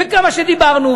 וכמה שדיברנו,